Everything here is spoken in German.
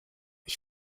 ich